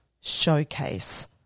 showcase